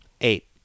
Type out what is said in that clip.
Eight